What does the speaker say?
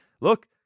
look